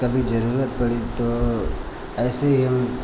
कभी जरूरत पड़ी तो ऐसे ही हम